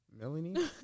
Melanie